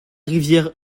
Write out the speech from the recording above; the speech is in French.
rivière